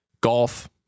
golf